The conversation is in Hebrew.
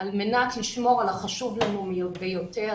על מנת לשמור על החשוב לנו ביותר,